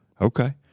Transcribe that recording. Okay